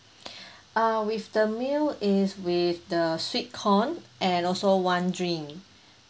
uh with the meal is with the sweet corn and also one drink